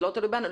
זה לא תלוי בנו.